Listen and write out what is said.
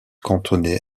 cantonné